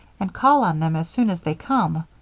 and call on them as soon as they come.